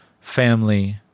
family